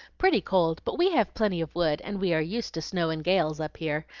pretty cold, but we have plenty of wood, and we are used to snow and gales up here.